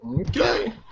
Okay